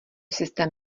systém